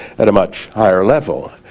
at a much higher level,